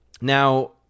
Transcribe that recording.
Now